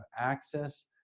access